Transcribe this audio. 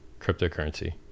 cryptocurrency